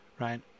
Right